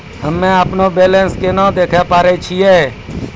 हम्मे अपनो बैलेंस केना देखे पारे छियै?